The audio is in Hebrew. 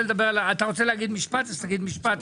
אתה רוצה להגיד משפט אז תגיד משפט,